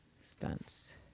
stunts